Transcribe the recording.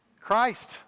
Christ